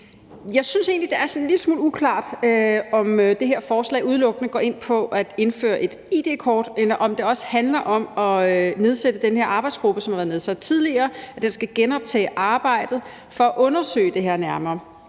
Jeg synes egentlig, det er sådan en lille smule uklart, om det her forslag udelukkende går ud på at indføre et id-kort, eller om det også handler om, at den her arbejdsgruppe, som har været nedsat tidligere, skal genoptage arbejdet for at undersøge det her nærmere.